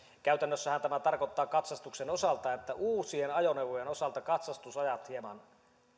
käytännössähän tämä tarkoittaa katsastuksen osalta sitä että uusien ajoneuvojen osalta katsastusajat hieman